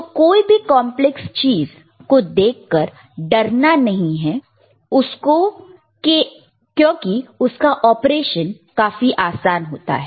तो कोई भी कॉन्प्लेक्स चीज को देखकर डरना नहीं है क्योंकि उसका ऑपरेशन काफी आसान होता है